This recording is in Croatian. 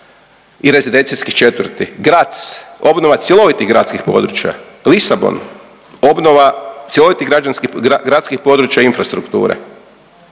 i rezidencijskih četvrti. Graz, obnova cjelovitih gradskih područja. Lisabon, obnova cjelovitih gradskih područja infrastrukture.